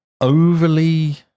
overly